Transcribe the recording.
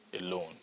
alone